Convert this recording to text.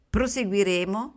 Proseguiremo